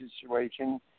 situation